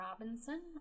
Robinson